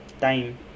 time